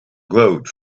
glowed